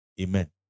Amen